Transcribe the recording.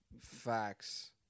facts